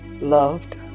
loved